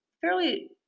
fairly